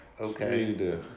okay